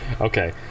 Okay